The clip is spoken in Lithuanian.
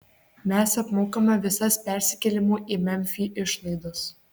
mes apmokame visas persikėlimo į memfį išlaidas